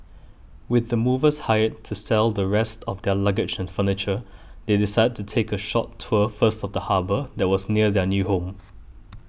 with the movers hired to sell the rest of their luggage and furniture they decided to take a short tour first of the harbour that was near their new home